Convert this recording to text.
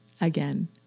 again